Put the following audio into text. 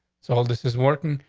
so all this is warton.